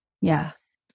Yes